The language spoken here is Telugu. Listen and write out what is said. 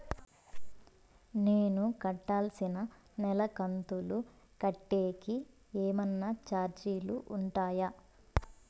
నేను కట్టాల్సిన నెల కంతులు కట్టేకి ఏమన్నా చార్జీలు ఉంటాయా?